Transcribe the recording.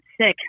sick